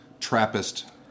Trappist